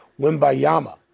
Wimbayama